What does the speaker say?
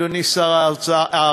אדוני שר הרווחה,